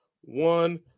one